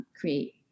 create